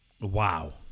Wow